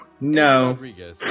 No